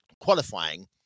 qualifying